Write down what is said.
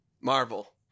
Marvel